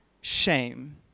shame